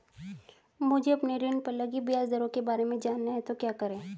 मुझे अपने ऋण पर लगी ब्याज दरों के बारे में जानना है तो क्या करें?